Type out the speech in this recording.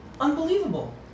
unbelievable